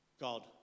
God